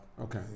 Okay